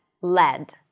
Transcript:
lead